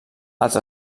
els